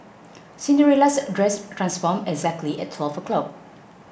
Cinderella's dress transformed exactly at twelve o' clock